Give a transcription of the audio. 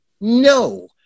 no